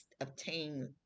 obtain